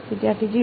વિદ્યાર્થી 0